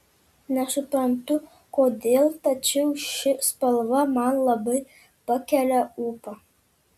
nesuprantu kodėl tačiau ši spalva man labai pakelia ūpą